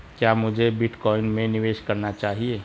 क्या मुझे बिटकॉइन में निवेश करना चाहिए?